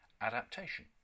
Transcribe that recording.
Adaptation